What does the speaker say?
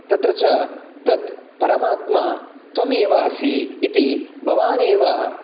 तत्र च तत् परमात्मा त्वमेव असी इति भवान् एव